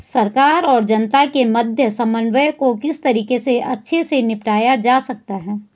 सरकार और जनता के मध्य समन्वय को किस तरीके से अच्छे से निपटाया जा सकता है?